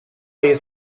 jest